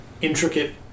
intricate